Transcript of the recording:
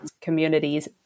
communities